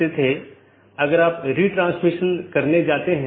यह एक प्रकार की नीति है कि मैं अनुमति नहीं दूंगा